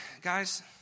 Guys